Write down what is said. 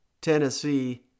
Tennessee